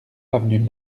avenue